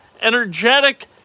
energetic